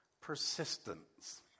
persistence